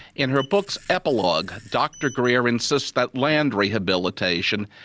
in her book's epilogue, dr greer insists that land rehabilitation,